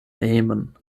hejmen